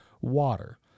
water